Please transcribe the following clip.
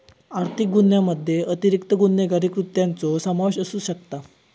आर्थिक गुन्ह्यामध्ये अतिरिक्त गुन्हेगारी कृत्यांचो समावेश असू शकता